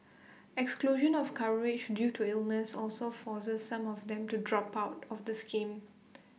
exclusion of coverage due to illnesses also forces some of them to drop out of the scheme